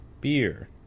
beer